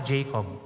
Jacob